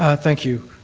ah thank you.